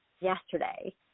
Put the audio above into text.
yesterday